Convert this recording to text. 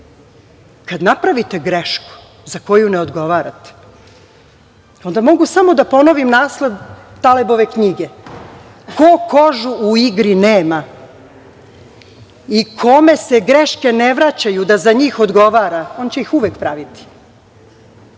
Kada napravite grešku za koju ne odgovarate, onda mogu samo da ponovim naslov Talebove knjige, ko kožu u igri nema i kome se greške ne vraćaju da za njih odgovara, on će ih uvek praviti. Od